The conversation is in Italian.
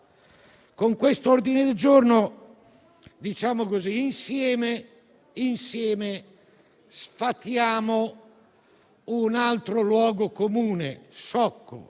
Con questo ordine del giorno, insieme sfatiamo un altro luogo comune sciocco,